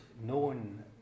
known